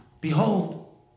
Behold